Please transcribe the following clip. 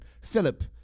Philip